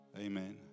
Amen